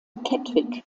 kettwig